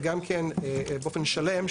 וגם כן באופן שלם,